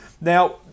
Now